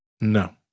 No